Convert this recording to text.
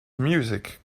music